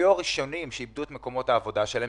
הם היו הראשונים שאיבדו את מקומות העבודה שלהם,